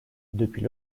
depuis